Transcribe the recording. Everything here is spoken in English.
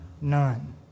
none